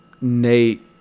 Nate